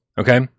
Okay